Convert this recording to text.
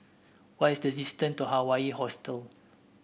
what is the distance to Hawaii Hostel